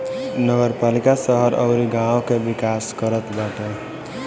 नगरपालिका शहर अउरी गांव के विकास करत बाटे